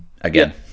again